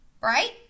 right